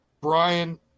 Brian